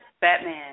Batman